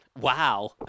wow